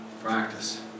Practice